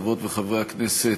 חברות וחברי הכנסת,